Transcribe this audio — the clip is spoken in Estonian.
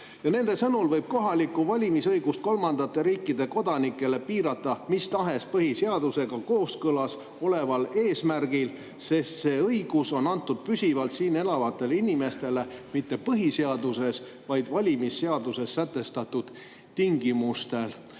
Nende sõnul võib kohalikku valimisõigust kolmandate riikide kodanikele piirata mis tahes põhiseadusega kooskõlas oleval eesmärgil, sest see õigus on antud püsivalt siin elavatele inimestele mitte põhiseaduses, vaid valimisseaduses sätestatud tingimustel.